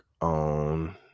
on